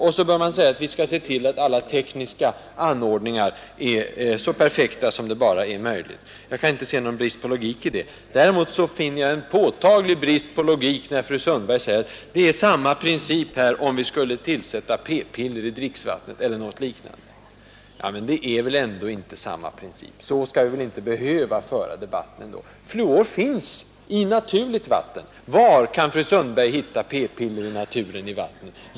Och dessutom bör man säga: Vi skall se till att alla tekniska anordningar är så perfekta som det bara är möjligt. Jag kan inte se någon brist på logik i det. Däremot finner jag en påtaglig brist på logik när fru Sundberg säger att det är samma princip här, som om vi skulle tillsätta p-piller eller något liknande i dricksvattnet. Men det är väl ändå inte samma princip! Så skall vi väl inte föra debatten. Fluor finns i naturligt vatten. Var kan fru Sundberg hitta p-piller i vattnet i naturen?